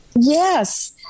Yes